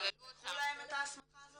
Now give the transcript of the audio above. שלקחו להם את ההסמכה הזאת?